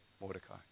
Mordecai